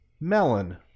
Melon